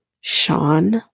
Sean